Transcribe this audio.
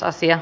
asia